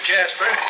Jasper